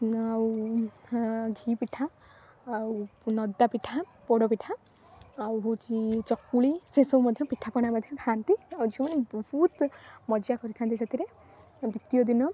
ଆଉ ଘି ପିଠା ଆଉ ନଦା ପିଠା ପୋଡ଼ ପିଠା ଆଉ ହେଉଛି ଚକୁଳି ସେସବୁ ମଧ୍ୟ ପିଠାପଣା ମଧ୍ୟ ଖାଆନ୍ତି ଆଉ ଝିଅ ମାନେ ବହୁତ ମଜା କରିଥାନ୍ତି ସେଥିରେ ଆଉ ଦ୍ବିତୀୟ ଦିନ